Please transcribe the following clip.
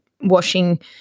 washing